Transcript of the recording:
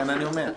לכן אני אומר.